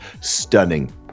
stunning